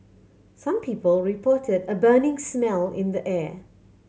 some people reported a burning smell in the air